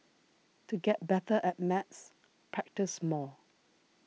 to get better at maths practise more